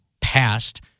past